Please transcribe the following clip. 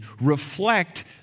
reflect